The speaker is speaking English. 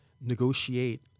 negotiate